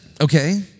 okay